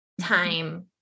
time